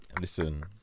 Listen